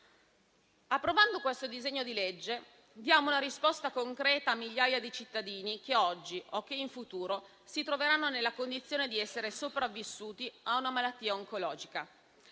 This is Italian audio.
Approvando questo disegno di legge, diamo una risposta concreta a migliaia di cittadini che oggi o in futuro si troveranno nella condizione di essere sopravvissuti a una malattia oncologica.